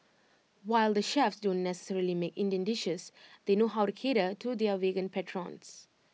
while the chefs don't necessarily make Indian dishes they know how to cater to their vegan patrons